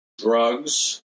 drugs